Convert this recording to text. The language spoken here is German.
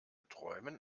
träumen